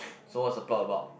so what's the plot about